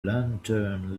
lantern